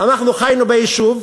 אנחנו חיינו ביישוב,